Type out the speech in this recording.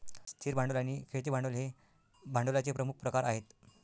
स्थिर भांडवल आणि खेळते भांडवल हे भांडवलाचे प्रमुख प्रकार आहेत